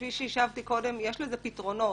כפי שהשבתי קודם, יש לזה פתרונות.